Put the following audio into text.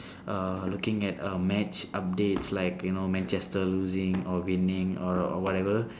uh looking at uh match updates like you know manchester losing or winning or whatever